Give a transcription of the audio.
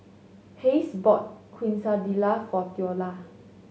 Hays bought Quesadilla for Theola